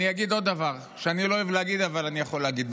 אני אגיד עוד דבר שאני לא אוהב להגיד אבל אני יכול להגיד.